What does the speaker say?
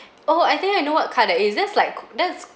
oh I think I know what card that is that's like c~ that's